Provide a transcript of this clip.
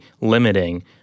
limiting